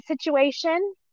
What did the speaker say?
situation